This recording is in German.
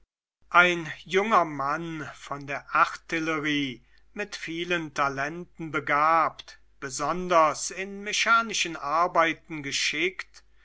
ein junger mann von der artillerie mit vielen talenten begabt besonders in mechanischen arbeiten geschickt